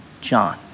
John